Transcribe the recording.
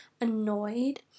annoyed